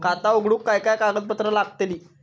खाता उघडूक काय काय कागदपत्रा लागतली?